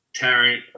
Tarrant